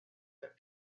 that